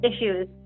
issues